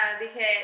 dije